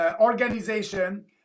organization